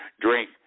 Drink